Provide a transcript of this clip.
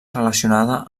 relacionada